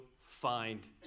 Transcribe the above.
find